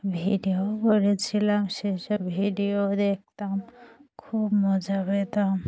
ভিডিওও করেছিলাম সেইসব ভিডিও দেখতাম খুব মজা পেতাম